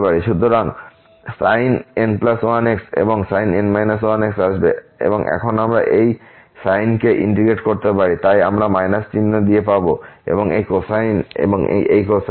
সুতরাং sin⁡ n1 x এবং sin x আসবে এবং এখন আমরা এই সাইনকে ইন্টিগ্রেট করতে পারি তাই আমরা চিহ্ন দিয়ে পাব এই কোসাইন এবং এই কোসাইন